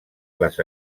les